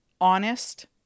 honest